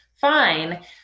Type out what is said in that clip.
fine